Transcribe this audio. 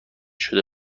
شده